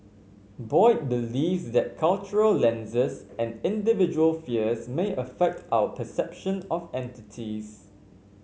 Boyd believes that cultural lenses and individual fears may affect our perception of entities